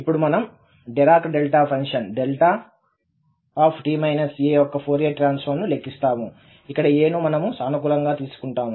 ఇప్పుడు మనము Dirac delta function యొక్క ఫోరియర్ ట్రాన్సఫార్మ్ ను లెక్కిస్తాము ఇక్కడ a ను మనము సానుకూలంగా తీసుకుంటాము